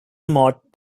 mott